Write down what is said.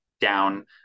Down